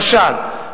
למשל,